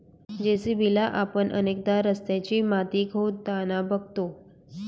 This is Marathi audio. जे.सी.बी ला आपण अनेकदा रस्त्याची माती खोदताना बघतो